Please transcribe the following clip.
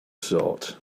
sort